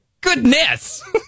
Goodness